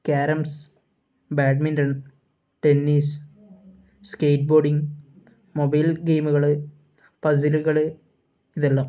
carroms badminton tennis skateboarding mobile ഗെയിമുകൾ പസിലുകൾ ഇതെല്ലാം